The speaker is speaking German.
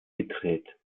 gedreht